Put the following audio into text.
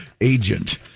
agent